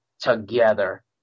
together